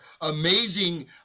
amazing